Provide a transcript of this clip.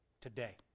Today